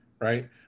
right